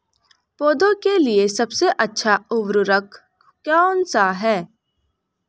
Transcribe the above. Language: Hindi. पौधों के लिए सबसे अच्छा उर्वरक कौन सा है?